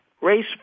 Race